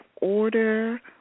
order